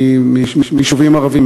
מיישובים ערביים,